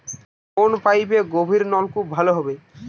কোন পাইপে গভিরনলকুপ ভালো হবে?